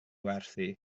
werthu